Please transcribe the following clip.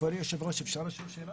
כבוד היושב-ראש, אפשר לשאול שאלה?